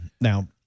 Now